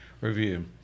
review